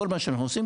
כל מה שאנחנו עושים,